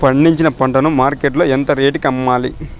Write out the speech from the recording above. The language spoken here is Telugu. పండించిన పంట ను మార్కెట్ లో ఎంత రేటుకి అమ్మాలి?